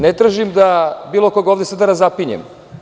Ne tražim da bilo koga ovde razapinjem.